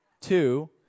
Two